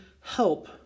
help